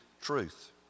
truth